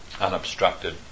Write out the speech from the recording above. unobstructed